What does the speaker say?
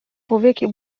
powieki